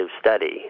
study